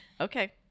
Okay